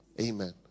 Amen